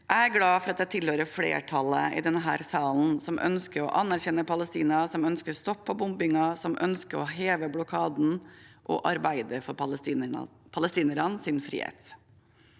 Jeg er glad for at jeg tilhører flertallet i denne salen som ønsker å anerkjenne Palestina, som ønsker stopp i bombingen, som ønsker å heve blokaden og å arbeide for palestinernes frihet.